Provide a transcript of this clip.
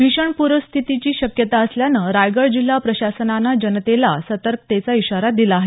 भीषण पूरस्थितीची शक्यता असल्यानं रायगड जिल्हा प्रशासनानं जनतेला सतर्कतेचा इशारा दिला आहे